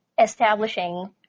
establishing